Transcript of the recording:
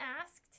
asked